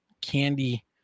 candy